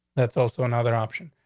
that's also another option.